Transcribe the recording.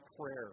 prayer